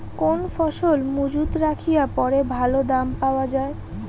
কোন ফসল মুজুত রাখিয়া পরে ভালো দাম পাওয়া যায়?